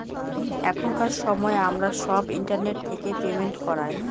এখনকার সময় আমরা সব ইন্টারনেট থেকে পেমেন্ট করায়